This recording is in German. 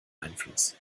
einfluss